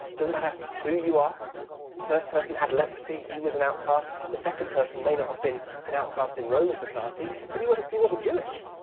doesn't matter who you are. the first person had leprosy he was an outcast. the second person may not have been an outcast in roman society, but he wasn't he wasn't jewish.